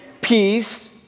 peace